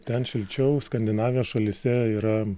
ten šilčiau skandinavijos šalyse yra